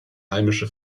heimische